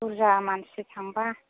बुरजा मानसि थांबा